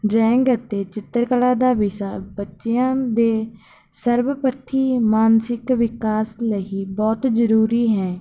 drawing ਅਤੇ ਚਿੱਤਰਕਲਾ ਦਾ ਵਿਸ਼ਾ ਬੱਚਿਆਂ ਦੇ ਸਰਬਪੱਖੀ ਮਾਨਸਿਕ ਵਿਕਾਸ ਲਈ ਬਹੁਤ ਜ਼ਰੂਰੀ ਹੈ